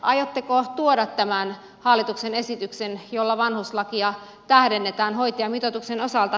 aiotteko tuoda tämän hallituksen esityksen jolla vanhuslakia tähdennetään hoitajamitoituksen osalta